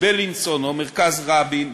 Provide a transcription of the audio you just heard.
בילינסון או מרכז רבין,